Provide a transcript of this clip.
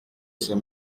ses